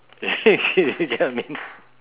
you get what I mean